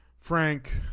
frank